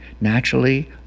naturally